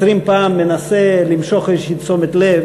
עשרים פעם מנסה למשוך איזו תשומת לב,